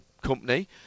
company